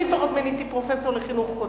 אני לפחות מיניתי פרופסור לחינוך,